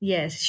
Yes